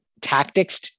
tactics